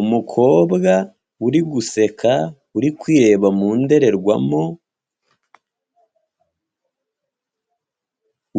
Umukobwa uri guseka uri kwireba mu ndorerwamo